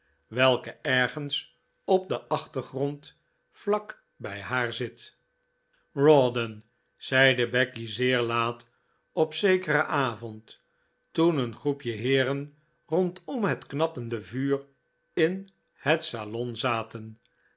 welke ergens op den achtergrond vlak bij haar zit rawdon zeide becky zeer laat op zekeren avond toen een groepje heeren rondom het knappend vuur in het salon zaten